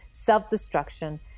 self-destruction